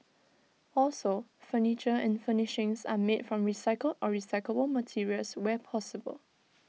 also furniture and furnishings are made from recycled or recyclable materials where possible